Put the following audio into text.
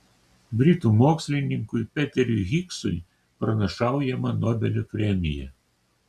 britų mokslininkui peteriui higsui pranašaujama nobelio premija